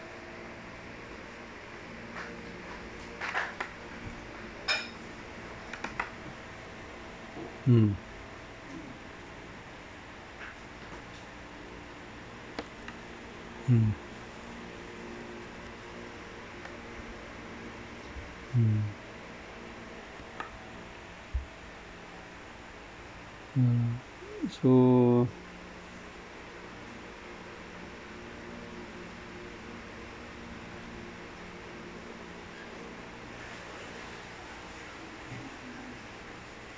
mm mm mm mm so